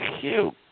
cute